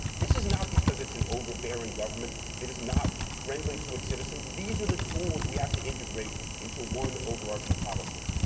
this is not because it's an overbearing government that it is not friendly to its citizens. these are the tools we have to integrate into one, overarching policy.